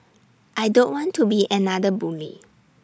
I don't want to be another bully